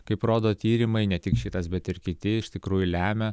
kaip rodo tyrimai ne tik šitas bet ir kiti iš tikrųjų lemia